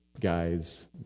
guys